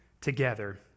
together